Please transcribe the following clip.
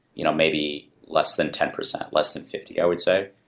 you know maybe less than ten percent, less than fifty i would say.